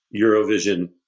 Eurovision